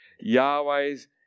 Yahweh's